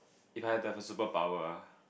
if I have the superpower uh